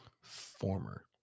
Former